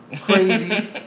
Crazy